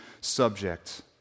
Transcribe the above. subject